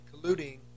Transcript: colluding